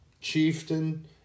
chieftain